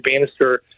Bannister